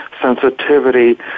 sensitivity